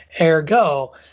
Ergo